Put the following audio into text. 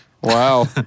Wow